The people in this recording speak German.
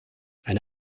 eine